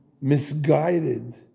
misguided